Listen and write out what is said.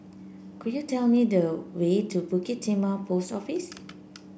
could you tell me the way to Bukit Timah Post Office